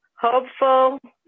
hopeful